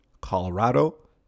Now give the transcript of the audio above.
Colorado